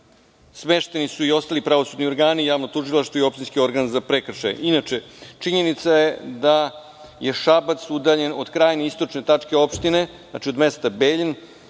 smešteni su i ostali pravosudni organi, javno tužilaštvo i opštinski organ za prekršaje. Inače, činjenica je da je Šabac udaljen od krajnje istočne tačke opštine, od mesta Beljin